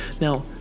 Now